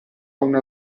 una